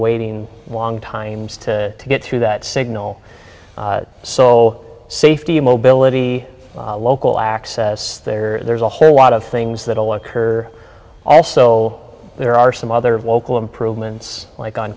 waiting a long times to get through that signal so safety mobility local access there there's a whole lot of things that will occur also there are some other local improvements like on